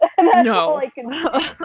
No